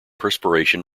perspiration